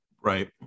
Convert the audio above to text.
Right